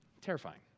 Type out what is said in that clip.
Terrifying